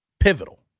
Pivotal